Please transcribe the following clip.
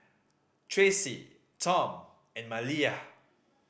Tracey Tom and Maliyah